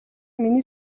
миний